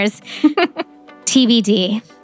TBD